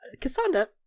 Cassandra